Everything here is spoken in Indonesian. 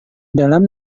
dalam